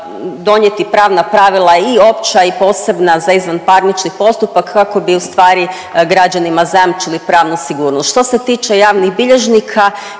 donijeti pravna pravila i opća i posebna za izvanparnični postupak kako bi ustvari građanima zajamčili pravnu sigurnost. Što se tiče javnih bilježnika